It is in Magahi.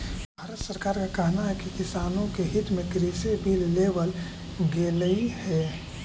भारत सरकार का कहना है कि किसानों के हित में कृषि बिल लेवल गेलई हे